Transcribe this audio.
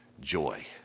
joy